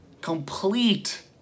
Complete